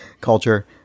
culture